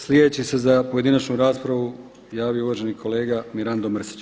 Sljedeći se za pojedinačnu raspravu javio uvaženi kolega Mirando Mrsić.